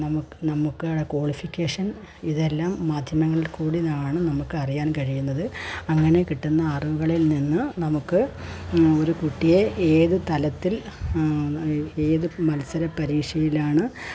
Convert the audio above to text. നമുക്ക് നമ്മുടെ കോളിഫിക്കേഷൻ ഇതെല്ലാം മാധ്യമങ്ങളിൽ കൂടിയാണ് നമുക്ക് അറിയാൻ കഴിയുന്നത് അങ്ങനെ കിട്ടുന്ന അറിവുകളിൽ നിന്ന് നമുക്ക് ഒരു കുട്ടിയെ ഏത് തലത്തിൽ ഏത് മത്സര പരീക്ഷയിലാണ്